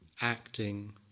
acting